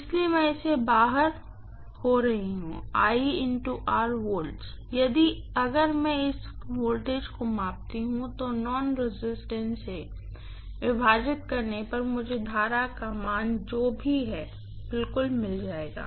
इसलिए मैं इससे बाहर हो रहा हूं वोल्ट्स इसलिए अगर मैं इस वोल्टेज को मापती हूं तो नोनरेसिस्टैंस से विभाजित करने पर मुझे करंट का मान जो भी है बिल्कुल मिल जाएगा